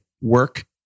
work